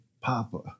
Papa